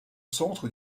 centre